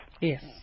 Yes